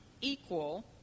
equal